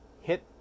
hit